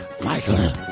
Michael